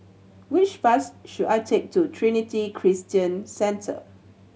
which bus should I take to Trinity Christian Centre